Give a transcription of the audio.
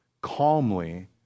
calmly